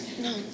No